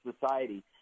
society